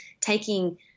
taking